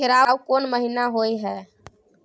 केराव कोन महीना होय हय?